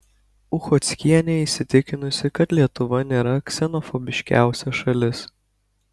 uchockienė įsitikinusi kad lietuva nėra ksenofobiškiausia šalis